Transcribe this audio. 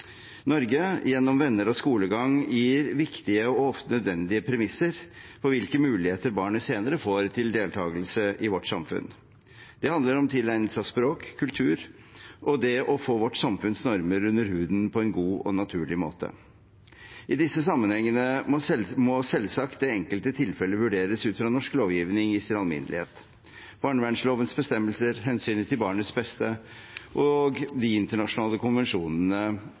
Norge gjennom venner og skolegang, gir viktige og ofte nødvendige premisser for hvilke muligheter barnet senere får til deltagelse i vårt samfunn. Det handler om tilegnelse av språk og kultur og det å få vårt samfunns normer under huden på en god og naturlig måte. I disse sammenhengene må selvsagt det enkelte tilfellet vurderes ut fra norsk lovgivning i sin alminnelighet. Barnevernslovens bestemmelser, hensynet til barnets beste og de internasjonale konvensjonene